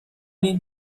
این